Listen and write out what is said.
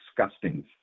disgusting